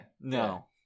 No